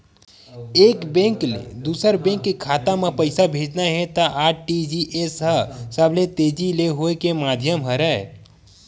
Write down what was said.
एक बेंक ले दूसर बेंक के खाता म पइसा भेजना हे त आर.टी.जी.एस ह सबले तेजी ले होए के माधियम हरय